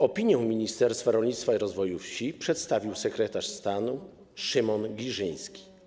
Opinię Ministerstwa Rolnictwa i Rozwoju Wsi przedstawił sekretarz stanu Szymon Giżyński.